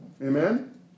Amen